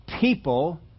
People